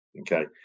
okay